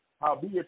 Howbeit